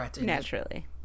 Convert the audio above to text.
naturally